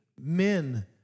men